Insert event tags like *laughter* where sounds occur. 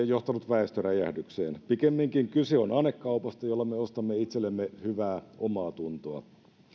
*unintelligible* johtanut väestöräjähdykseen pikemminkin kyse on anekaupasta jolla me ostamme itsellemme hyvää omaatuntoa